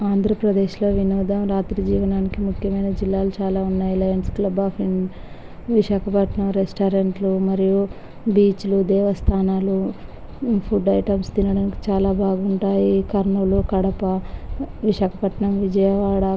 ఆంధ్రప్రదేశ్లో వినోదం రాత్రి జీవనానికి ముఖ్యమైన జిల్లాలు చాలా వున్నాయి లయన్స్ క్లబ్ ఆఫ్ విశాఖపట్టణం రెస్టారెంట్లు మరియు బీచ్లు దేవస్థానాలు ఫుడ్ ఐటమ్స్ తినడానికి చాలా బాగుంటాయి కర్నూలు కడప విశాఖపట్టణం విజయవాడ